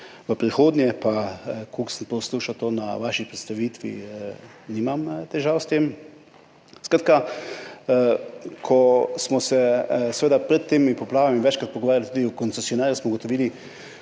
v prihodnje, kolikor sem poslušal na vaši predstavitvi, nimam težav s tem. Skratka, ko smo se pred temi poplavami večkrat pogovarjali tudi o koncesionarjih, ki so v